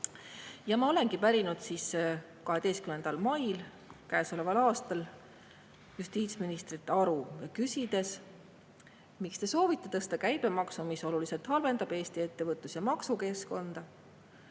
Ma olengi pärinud 12. mail käesoleval aastal justiitsministrilt aru, küsides, miks te soovite tõsta käibemaksu, mis oluliselt halvendab Eesti ettevõtlus- ja maksukeskkonda.